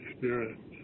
Spirit